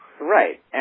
Right